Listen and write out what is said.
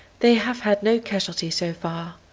they have had no casualties so far.